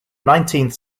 nineteenth